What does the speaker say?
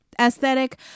aesthetic